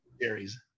series